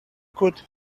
could